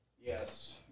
Yes